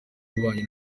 w’ububanyi